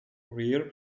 rear